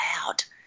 out